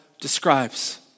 describes